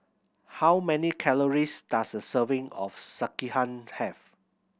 how many calories does a serving of Sekihan have